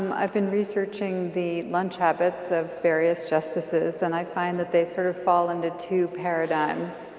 um i've been researching the lunch habits of various justices and i find that they sort of fall into two paradigms.